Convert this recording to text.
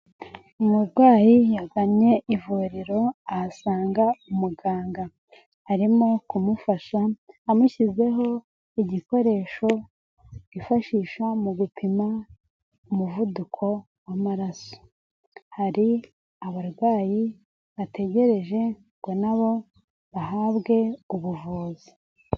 Umurwayi yagannye ivuriro ahasanga umuganga. Arimo kumufasha amushyizeho igikoresho bifashisha mu gupima umuvuduko w'amaraso. Hari abarwayi bategereje ngo nabo bahabwe ubuvuzi.